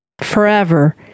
forever